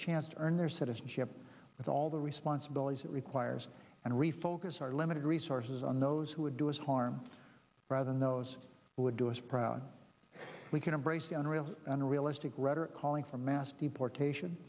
chance to earn their citizenship with all the responsibilities it requires and refocus our limited resources on those who would do us harm rather than those who would do us proud we can embrace the honoree of unrealistic rhetoric calling for mass deportation